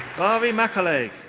mairi mackellaig.